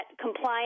compliance